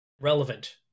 relevant